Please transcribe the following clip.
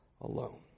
alone